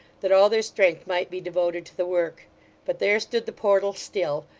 that all their strength might be devoted to the work but there stood the portal still,